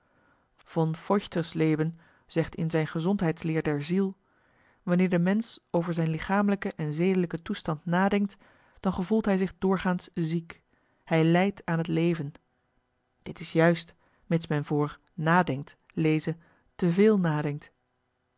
von feuchtersleben zegt in zijn gezondheidsleer der ziel wanneer de mensch over zijn lichamelijke en zedelijke toestand nadenkt dan gevoelt hij zich doorgaans ziek hij lijdt aan t leven dit is juist mits men voor nadenkt leze te veel nadenkt